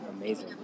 amazing